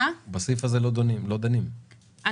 בסעיף 31 בלבד.